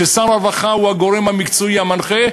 כששר הרווחה הוא הגורם המקצועי המנחה.